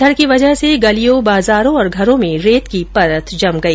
अधंड की वजह से गलियों बाजारों और घरों में रेत की परत जम गई